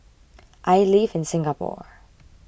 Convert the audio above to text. I live in Singapore